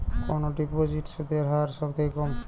কোন ডিপোজিটে সুদের হার সবথেকে কম?